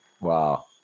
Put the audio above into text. Wow